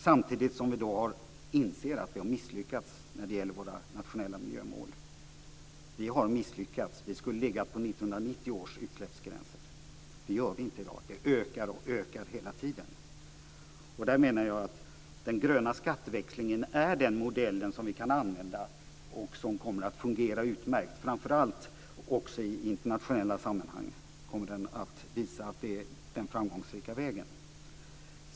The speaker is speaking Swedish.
Samtidigt inser vi att vi har misslyckats när det gäller våra nationella miljömål. Vi har misslyckats. Vi skulle ligga på 1990 års utsläppsgränser. Det gör vi inte i dag. De ökar hela tiden. Där menar jag att den gröna skatteväxlingen är den modell som vi kan använda och som kommer att fungera utmärkt. Framför allt i internationella sammanhang kommer det att visa sig att det är den framgångsrika vägen.